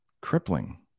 crippling